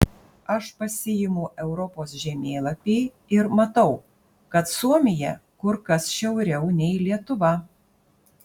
aš pasiimu europos žemėlapį ir matau kad suomija kur kas šiauriau nei lietuva